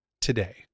today